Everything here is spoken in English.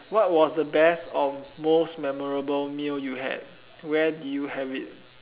what was the best of most memorable meal you had where did you have it